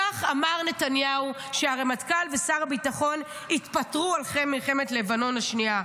כך אמר נתניהו כשהרמטכ"ל ושר הביטחון התפטרו אחרי מלחמת לבנון השנייה.